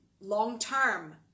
long-term